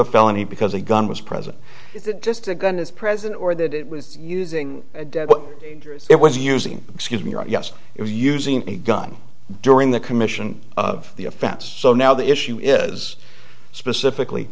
a felony because a gun was present just a gun is present or that it was using it was using excuse me yes it was using a gun during the commission of the offense so now the issue is specifically